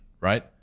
right